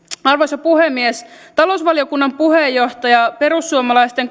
arvoisa puhemies talousvaliokunnan puheenjohtaja perussuomalaisten